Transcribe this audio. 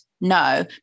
No